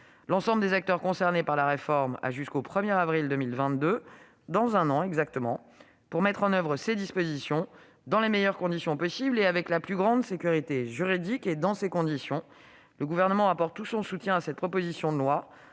L'ensemble des acteurs concernés par la réforme a jusqu'au 1 avril 2022, dans un an exactement, pour mettre en oeuvre ses dispositions dans les meilleures conditions possible et avec la plus grande sécurité juridique. Dans ces conditions, le Gouvernement apporte tout son soutien à cette proposition de loi,